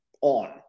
on